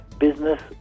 business